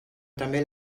també